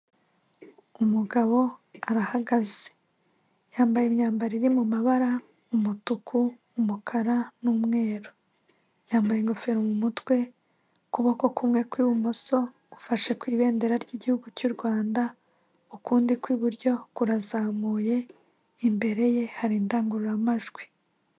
umugabo arahagaze, yambaye imyambaro iri mu mabara umutuku, umukara n'umweru yambaye, ingofero mu mutwe ukuboko kumwe kw'ibumoso gufashe ku ibendera ry'igihugu cy'u Rwanda, ukundi kw'iburyo kurazamuye imbere ye hari indangururamajwi.